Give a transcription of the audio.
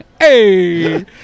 hey